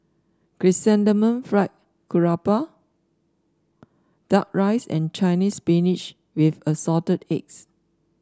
Chrysanthemum Fried Garoupa duck rice and Chinese Spinach with Assorted Eggs